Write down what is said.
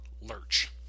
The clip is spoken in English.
Lurch